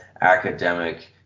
academic